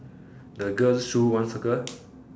the girl's shoe one circle